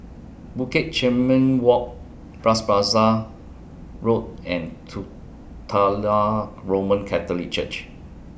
Bukit Chermin Walk Bras Basah Road and two Titular Roman Catholic Church